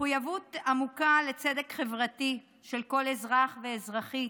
מחויבות עמוקה לצדק חברתי של כל אזרח ואזרחית